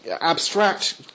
abstract